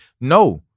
No